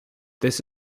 this